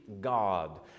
God